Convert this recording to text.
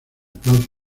plazas